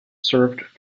served